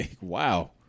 wow